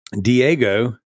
Diego